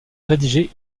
rédiger